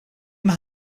also